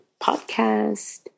podcast